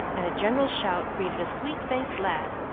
and a general shout greeted a sweet-faced lad,